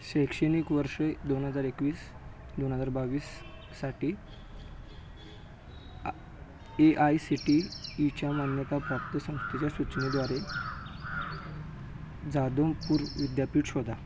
शैक्षणिक वर्ष दोन हजार एकवीस दोन हजार बावीस साठी ए आय सी टी ईच्या मान्यताप्राप्त संस्थेच्या सूचनेद्वारे जाधवपूर विद्यापीठ शोधा